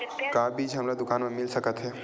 का बीज हमला दुकान म मिल सकत हे?